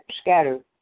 scattered